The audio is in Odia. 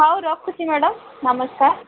ହଉ ରଖୁଛି ମ୍ୟାଡମ୍ ନମସ୍କାର